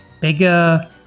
bigger